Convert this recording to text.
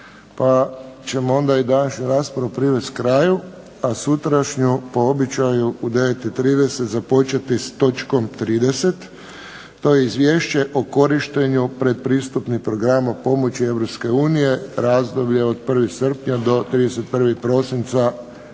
pa ćemo onda i današnju raspravu privesti kraju. A sutrašnju po običaju u 9,30 započeti s točkom 30. To je Izvješće o korištenju pretpristupnih programa pomoći Europske unije, razdoblje od 1. srpnja do 31. prosinca